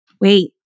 wait